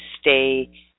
stay